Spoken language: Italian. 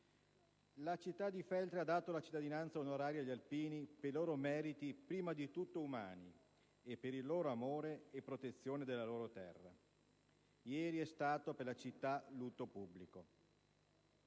La città di Feltre ha dato la cittadinanza onoraria agli alpini per i loro meriti, prima di tutto umani, e per il loro amore e protezione della loro terra. Ieri è stato per la città lutto pubblico.